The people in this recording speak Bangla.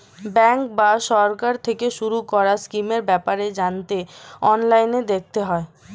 ব্যাঙ্ক বা সরকার থেকে শুরু করা স্কিমের ব্যাপারে জানতে অনলাইনে দেখতে হয়